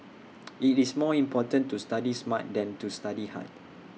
IT is more important to study smart than to study hard